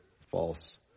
false